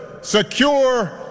secure